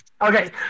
Okay